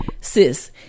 sis